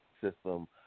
system